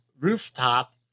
rooftop